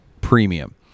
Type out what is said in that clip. premium